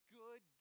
good